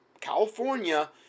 california